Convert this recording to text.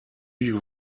you